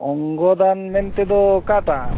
ᱚᱝᱜᱚᱫᱟᱱ ᱢᱮᱱᱛᱮ ᱫᱚ ᱚᱠᱟᱴᱟᱜ